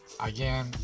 again